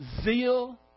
zeal